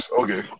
Okay